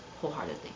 Wholeheartedly